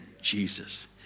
Jesus